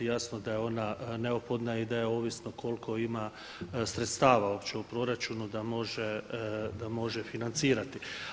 Jasno da je ona neophodna i da je ovisno koliko ima sredstava uopće u proračunu da može financirati.